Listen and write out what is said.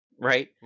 right